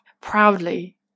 proudly